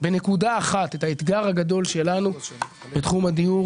אומר שהאתגר הגדול שלנו בתחום הדיור